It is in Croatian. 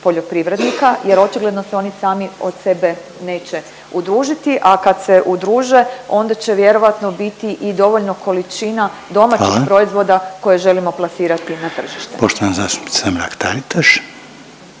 poljoprivrednika jer očigledno se oni sami od sebe neće udružiti, a kad se udruže onda će vjerojatno biti i dovoljno količina domaćih … …/Upadica Željko Reiner: Hvala./… … proizvoda